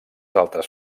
altres